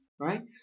Right